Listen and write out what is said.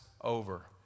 over